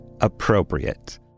appropriate